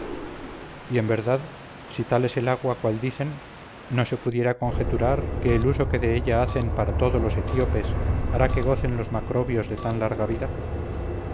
y en verdad si tal es el agua cual dicen no se pudiera conjeturar que el uso que de ella hacen para todo los etíopes hará que gocen los macrobios de